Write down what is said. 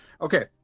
Okay